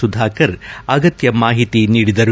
ಸುಧಾಕರ್ ಅಗತ್ಯ ಮಾಹಿತಿ ನೀಡಿದರು